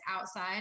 outside